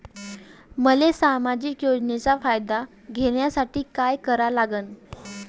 मले सामाजिक योजनेचा फायदा घ्यासाठी काय करा लागन?